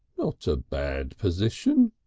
not a bad position,